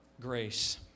grace